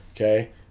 Okay